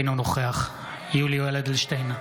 אינו נוכח יולי יואל אדלשטיין,